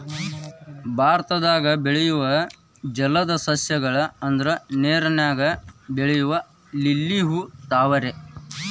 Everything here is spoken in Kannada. ಭಾರತದಾಗ ಬೆಳಿಯು ಜಲದ ಸಸ್ಯ ಗಳು ಅಂದ್ರ ನೇರಿನಾಗ ಬೆಳಿಯು ಲಿಲ್ಲಿ ಹೂ, ತಾವರೆ